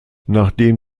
nachdem